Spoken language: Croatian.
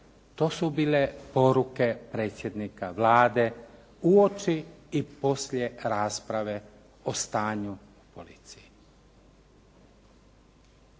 To su bile poruke predsjednika Vlade uoči i poslije rasprave o stanju u policiji.